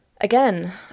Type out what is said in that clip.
Again